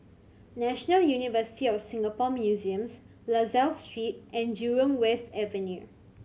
National University of Singapore Museums La Salle Street and Jurong West Avenue